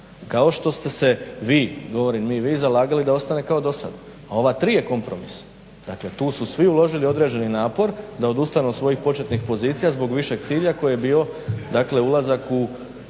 kao što ste se vi, govorim mi zalagali da ostane kao dosada. A ova tri je kompromis, dakle tu su svi uložili određeni napor da odustanu od svojih početnih pozicija zbog višeg cilja koji je bio dakle